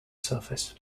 surface